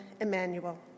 Emmanuel